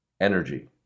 energy